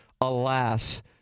Alas